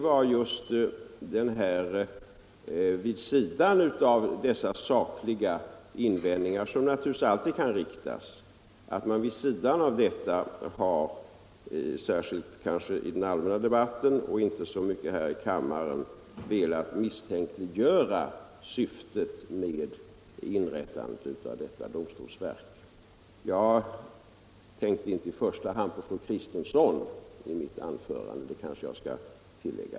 Vid sidan av dessa sakliga invändningar, som naturligtvis alltid kan framställas, har man emellertid, inte så mycket här i kammaren som fastmer i den allmänna debatten, velat misstänkliggöra själva syftet med inrättandet av detta domstolsverk. Det var det jag vände mig mot. Och jag tänkte inte i första hand på fru Kristensson i mitt anförande — det kanske jag kan tillägga.